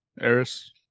Eris